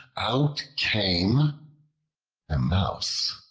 out came a mouse.